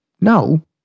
no